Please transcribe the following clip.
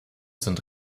sind